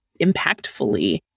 impactfully